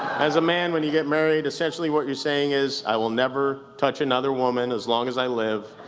as a man, when you get married, essentially what you're saying is i will never touch another woman as long as i live.